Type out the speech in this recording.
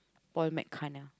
paul mcconnor